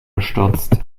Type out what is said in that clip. gestürzt